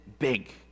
big